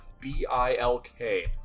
B-I-L-K